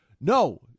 no